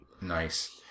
Nice